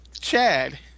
Chad